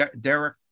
Derek